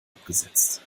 abgesetzt